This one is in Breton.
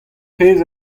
pezh